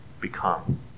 become